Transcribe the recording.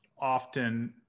often